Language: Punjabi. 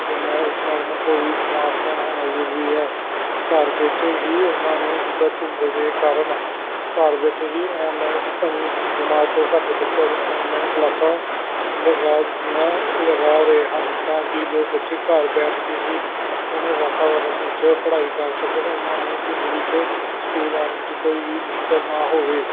ਅਤੇ ਮੈਂ ਮੈਡਮ ਕੋਲ ਵੀ ਸਮਾਰਟਫੋਨ ਹੋਣਾ ਜ਼ਰੂਰੀ ਹੈ ਘਰ ਬੈਠੇ ਹੀ ਉਹਨਾਂ ਨੂੰ ਜਿੱਦਾਂ ਧੁੰਦ ਦੇ ਕਾਰਨ ਘਰ ਬੈਠੇ ਹੀ ਔਨਲਾਈਨ ਪੰਜਵੀਂ ਜਮਾਤ ਤੋਂ ਘੱਟ ਬੱਚਿਆਂ ਨੂੰ ਔਨਲਾਈਨ ਕਲਾਸਾਂ ਲਗਾ ਦਿੱਤੀਆਂ ਲਗਾ ਰਹੇ ਹਨ ਤਾਂ ਕਿ ਜੋ ਬੱਚੇ ਘਰ ਬੈਠ ਕੇ ਹੀ ਸੋਹਣੇ ਵਾਤਾਵਰਨ ਵਿੱਚ ਪੜ੍ਹਾਈ ਕਰ ਸਕਣ ਉਹਨਾਂ ਨੂੰ ਧੁੰਦ ਵਿੱਚ ਸਕੂਲ ਆਉਣ ਵਿੱਚ ਕੋਈ ਵੀ ਮੁਸ਼ਕਲ ਨਾ ਹੋਵੇ